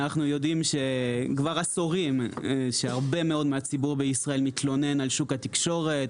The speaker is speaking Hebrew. אנחנו יודעים שכבר עשורים הציבור בישראל מתלונן על שוק התקשורת,